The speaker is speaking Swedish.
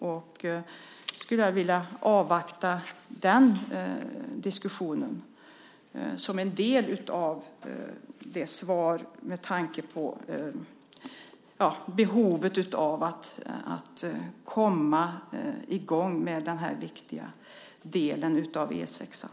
Jag skulle vilja avvakta den diskussionen, med tanke på behovet av att komma i gång med den här viktiga delen av E 6:an.